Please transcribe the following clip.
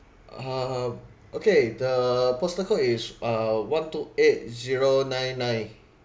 uh okay the postal code is uh one two eight zero nine nine